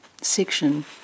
section